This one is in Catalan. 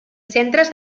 centres